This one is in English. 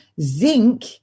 Zinc